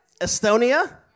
Estonia